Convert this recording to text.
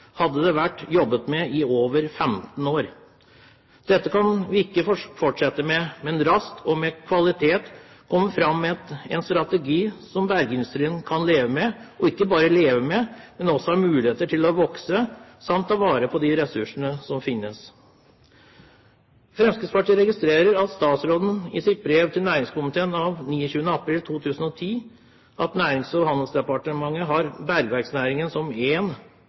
hadde det vært jobbet med i over 15 år. Dette kan vi ikke fortsette med, men raskt og med kvalitet komme fram til en strategi som bergindustrien kan leve med, og ikke bare leve med, men også gi den mulighet til å vokse samt å ta vare på de ressursene som finnes. Fremskrittspartiet registrerer av statsrådens brev til næringskomiteen av 29. april 2010 at Nærings- og handelsdepartementet har bergverksnæringen som